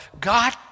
God